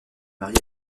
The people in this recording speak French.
mariée